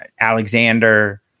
Alexander